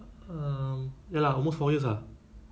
um ya lah almost four years ah